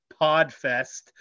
Podfest